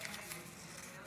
חבר